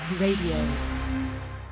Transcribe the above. Radio